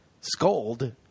scold